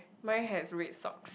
mine has red socks